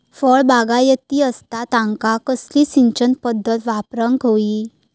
फळबागायती असता त्यांका कसली सिंचन पदधत वापराक होई?